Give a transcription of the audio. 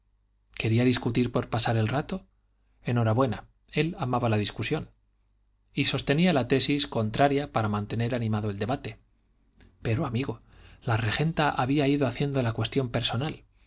quería discutir por pasar el rato enhorabuena él amaba la discusión y sostenía la tesis contraria para mantener animado el debate pero amigo la regenta había ido haciendo la cuestión personal